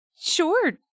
Sure